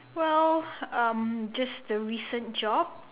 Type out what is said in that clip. well um just the recent job